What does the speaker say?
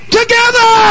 together